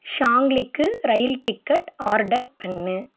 ஷாங்லிக்கு rail ticket order பண்ணு